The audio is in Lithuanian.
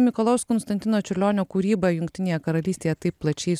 mikalojaus konstantino čiurlionio kūryba jungtinėje karalystėje taip plačiai